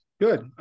good